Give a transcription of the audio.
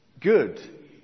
good